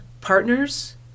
partners